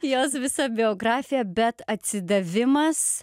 jos visa biografija bet atsidavimas